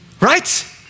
Right